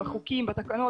בחוקים ובתקנות